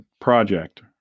project